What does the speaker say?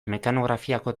mekanografiako